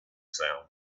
sound